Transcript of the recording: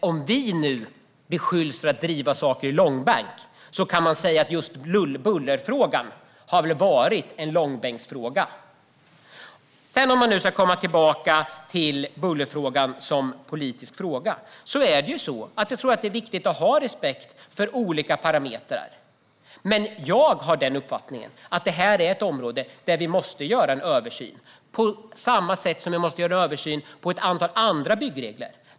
Om vi nu beskylls för att driva saker i långbänk så har väl bullerfrågan varit en långbänksfråga. När det gäller bullerfrågan är det viktigt att ha respekt för olika parametrar. Jag har den uppfattningen att detta är ett område där vi måste göra en översyn på samma sätt som man måste göra en översyn av ett antal andra byggregler.